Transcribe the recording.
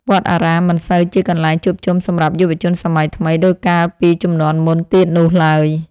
វត្តអារាមមិនសូវជាកន្លែងជួបជុំសម្រាប់យុវជនសម័យថ្មីដូចកាលពីជំនាន់មុនទៀតនោះឡើយ។